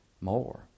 more